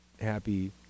happy